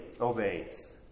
obeys